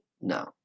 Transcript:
No